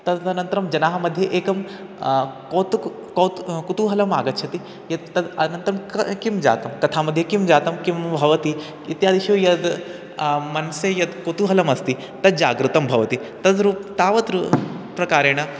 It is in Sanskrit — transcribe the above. तदनन्तरं जनानां मध्ये एकं कौतुकं कोत् कुतूहलम् आगच्छति यद् तद् अनन्तरं क किं जातं कथामध्ये किं जातं किं भवति इत्यादिषु यद् मनसि यत् कुतूहलमस्ति तद् जागृतं भवति तद्रूपं तावत् रू प्रकारेण